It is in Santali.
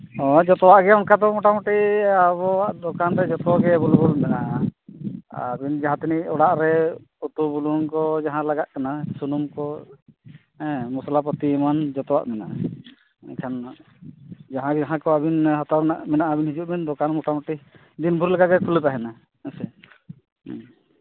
ᱦᱮᱸ ᱡᱚᱛᱚᱣᱟᱜ ᱜᱮ ᱚᱱᱠᱟ ᱫᱚ ᱢᱚᱴᱟᱢᱩᱴᱤᱜ ᱟᱵᱚᱣᱟᱜ ᱫᱚᱠᱟᱱ ᱨᱮ ᱡᱚᱛᱚ ᱜᱮ ᱮᱵᱮᱞᱮᱵᱮᱞ ᱢᱮᱱᱟᱜᱼᱟ ᱟᱨ ᱤᱧ ᱡᱟᱦᱟᱸ ᱛᱤᱱᱟᱹ ᱚᱲᱟᱜ ᱨᱮ ᱩᱛᱩ ᱵᱩᱞᱩᱝ ᱠᱚ ᱡᱟᱦᱟᱸ ᱞᱟᱜᱟᱜ ᱠᱟᱱᱟ ᱥᱩᱱᱩᱢ ᱠᱚ ᱢᱚᱥᱞᱟ ᱯᱟᱛᱤ ᱮᱢᱟᱱ ᱡᱚᱛᱚᱣᱟᱜ ᱢᱮᱱᱟᱜᱼᱟ ᱢᱮᱱᱠᱷᱟᱱ ᱡᱟᱦᱟᱸᱭ ᱡᱟᱦᱟᱸ ᱠᱚ ᱟᱵᱤᱱ ᱦᱟᱛᱟᱣ ᱨᱮᱱᱟᱜ ᱢᱮᱱᱟᱜᱼᱟ ᱫᱚᱠᱟᱱ ᱦᱤᱡᱩᱜ ᱵᱤᱱ ᱫᱚᱠᱟᱱ ᱢᱚᱴᱟᱢᱩᱴᱤ ᱱᱤᱱ ᱵᱷᱳᱨ ᱞᱮᱠᱟᱜᱮ ᱠᱷᱩᱞᱟᱹᱣ ᱛᱟᱦᱮᱱᱟ ᱦᱮᱸᱥᱮ